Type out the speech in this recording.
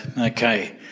Okay